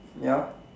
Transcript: ya